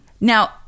Now